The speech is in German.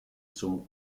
zum